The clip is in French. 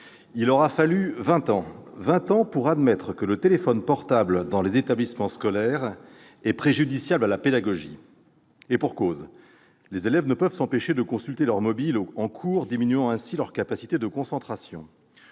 il aura fallu vingt ans pour admettre que l'usage du téléphone portable dans les établissements scolaires est préjudiciable à la pédagogie ! Les élèves ne peuvent s'empêcher de consulter leur mobile en cours, ce qui diminue leur capacité de concentration.